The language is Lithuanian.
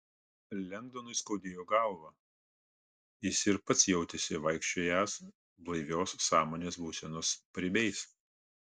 lengdonui skaudėjo galvą jis ir pats jautėsi vaikščiojąs blaivios sąmonės būsenos paribiais